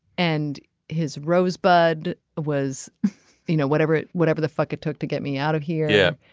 and his rosebud was you know whatever it whatever the fuck it took to get me out of here. yeah.